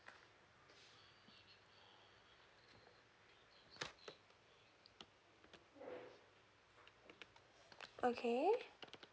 okay